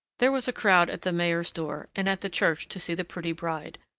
there was a crowd at the mayor's door and at the church to see the pretty bride.